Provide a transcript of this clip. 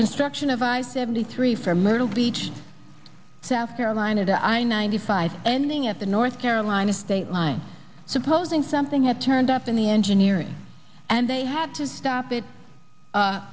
construction of i seventy three from myrtle beach south carolina to i ninety five ending at the north carolina state line supposing something had turned up in the engineering and they had to stop it